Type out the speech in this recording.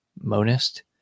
monist